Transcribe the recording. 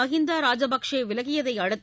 மகிந்தா ராஜபக்சே விலகியதை அடுத்து